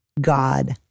God